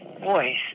voice